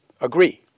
agree